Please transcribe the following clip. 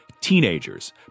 Teenagers